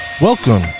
Welcome